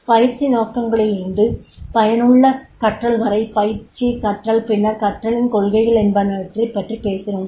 பயிற்சி நோக்கங்களிலிருந்து பயனுள்ள கற்றல் வரை பயிற்சி கற்றல் பின்னர் கற்றலின் கொள்கைகள் என்பனவற்றை பற்றி பேசினோம்